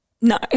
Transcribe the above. no